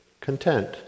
content